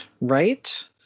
Right